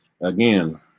again